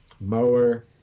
Mower